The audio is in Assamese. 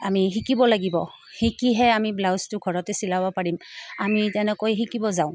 আমি শিকিব লাগিব শিকিহে আমি ব্লাউজটো ঘৰতে চিলাব পাৰিম আমি তেনেকৈ শিকিব যাওঁ